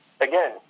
again